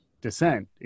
dissent